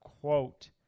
quote